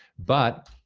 but,